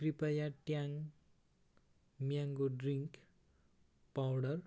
कृपया Tang mango drink powder